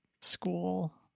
school